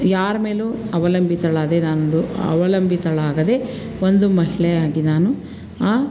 ಯಾರ ಮೇಲೂ ಅವಲಂಬಿತಳಾದೆ ನಾನೊಂದು ಅವಲಂಬಿತಳಾಗದೆ ಒಂದು ಮಹಿಳೆಯಾಗಿ ನಾನು ಆ